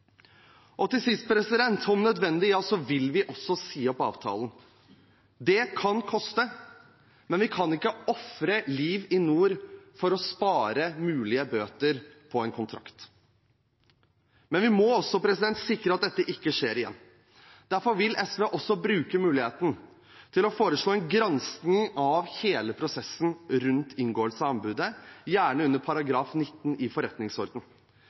Og til sist, om nødvendig vil vi også si opp avtalen. Det kan koste, men vi kan ikke ofre liv i nord for å spare mulige bøter på en kontrakt. Men vi må også sikre at dette ikke skjer igjen. Derfor vil SV også bruke muligheten til å foreslå en gransking av hele prosessen rundt inngåelsen av anbudet, gjerne under § 19 i